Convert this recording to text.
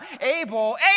able